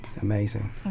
amazing